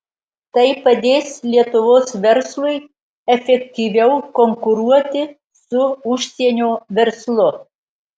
tai padės lietuvos verslui efektyviau konkuruoti su užsienio verslu